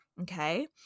Okay